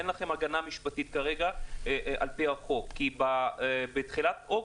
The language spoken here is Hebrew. אין לכם הגנה משפטית כרגע על פי החוק כי בתחילת אוגוסט,